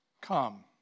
come